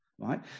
right